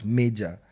major